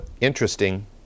interesting